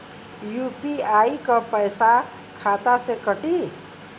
UPI क पैसा खाता से कटी?